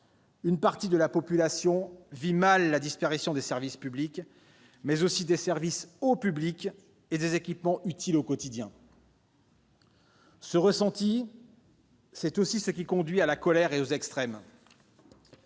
Une partie de la population vit mal la disparition des services publics, mais aussi des services au public et des équipements utiles au quotidien. Ce ressenti, c'est aussi ce qui conduit à la colère et aux extrêmes.